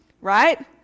right